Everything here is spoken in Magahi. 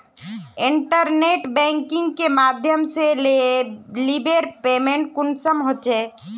इंटरनेट बैंकिंग के माध्यम से बिलेर पेमेंट कुंसम होचे?